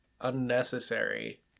unnecessary